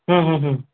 হুম হুম হুম